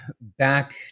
back